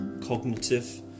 cognitive